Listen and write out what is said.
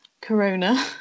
corona